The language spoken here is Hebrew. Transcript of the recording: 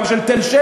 גם של תל-שבע,